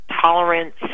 tolerance